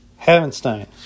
Havenstein